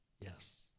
Yes